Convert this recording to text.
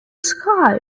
sky